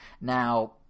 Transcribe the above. Now